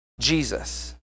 Jesus